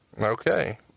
Okay